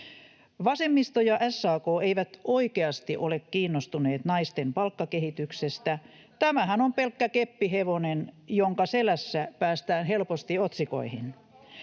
Vasemmisto ja SAK eivät oikeasti ole kiinnostuneet naisten palkkakehityksestä. [Vasemmalta: Aha!] Tämähän on pelkkä keppihevonen, jonka selässä päästään helposti otsikoihin.